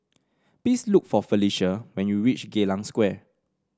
please look for Felicia when you reach Geylang Square